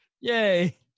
yay